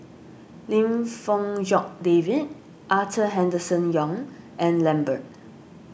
Lim Fong Jock David Arthur Henderson Young and Lambert